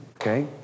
Okay